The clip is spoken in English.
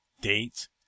date